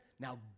Now